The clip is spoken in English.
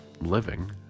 living